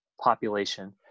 population